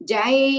Jai